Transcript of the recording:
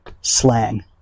slang